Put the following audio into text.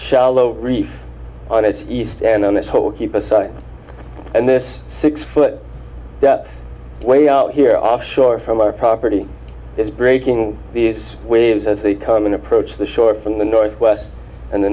shallow reef on its east and on this whole keeper site and this six foot that way out here offshore from our property is breaking these waves as the common approach the shore from the northwest and the